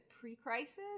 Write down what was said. pre-crisis